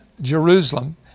Jerusalem